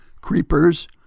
creepers